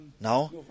Now